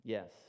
Yes